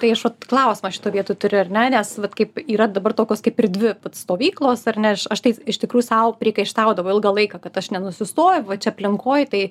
tai aš ot klausimą šitoj vietoj turiu ar ne nes vat kaip yra dabar tokios vat kaip ir dvi stovyklos ar ne aš taip iš tikrųjų sau priekaištaudavau ilgą laiką kad aš nenusistoviu va čia aplinkoj tai